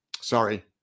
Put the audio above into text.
sorry